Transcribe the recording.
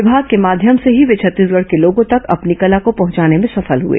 विभाग के माध्यम से ही वे छत्तीसगढ़ के लोगों तक अपनी कला को पहुंचाने में सफल हुए